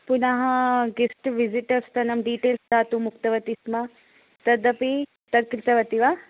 पुनः guest visitors तनं details दातुम् उक्तिवी तदपि तत् कृतवती वा